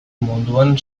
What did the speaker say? munduan